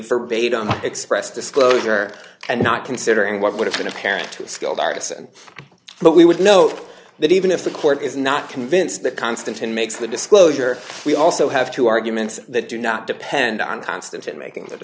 verbatim express disclosure and not considering what would have been apparent to a skilled artisan but we would know that even if the court is not convinced that constantine makes the disclosure we also have two arguments that do not depend on constant in making